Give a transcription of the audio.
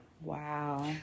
Wow